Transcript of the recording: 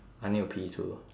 I need to pee too